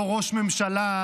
אותו ראש ממשלה,